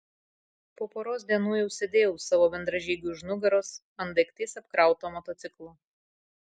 po poros dienų jau sėdėjau savo bendražygiui už nugaros ant daiktais apkrauto motociklo